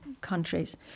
countries